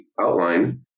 outline